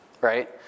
right